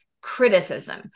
criticism